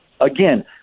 again